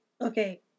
okay